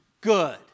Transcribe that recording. good